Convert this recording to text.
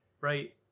right